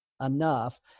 enough